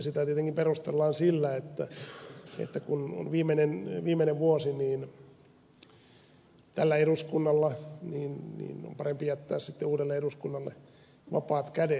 sitä tietenkin perusteellaan sillä että kun on viimeinen vuosi tällä eduskunnalla niin on parempi jättää sitten uudelle eduskunnalle vapaat kädet